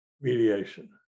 mediation